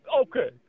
Okay